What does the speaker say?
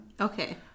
Okay